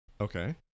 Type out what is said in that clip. Okay